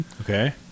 Okay